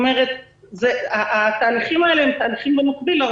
זאת אומרת, אלה תהליכים במקביל.